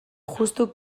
juxtu